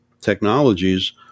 technologies